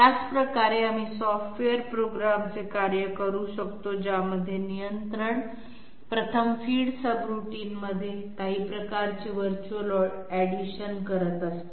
त्याचप्रकारे आपण सॉफ्टवेअर प्रोग्रामचे कार्य करू शकतो ज्यामध्ये नियंत्रण प्रथम फीड सबरूटीनमध्ये काही प्रकारचे व्हर्च्युअल अॅडिशन करत असते